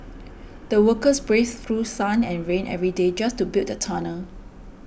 the workers braved through sun and rain every day just to build a tunnel